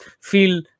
feel